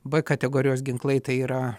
b kategorijos ginklai tai yra